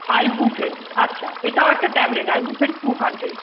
ibuprofen আচ্ছা এটাও একটা ট্যাবলেট আইবুপ্রোফেন টু হান্ড্রেড